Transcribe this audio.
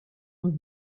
und